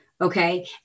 Okay